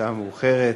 השעה מאוחרת,